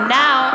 now